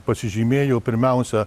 pasižymėjo pirmiausia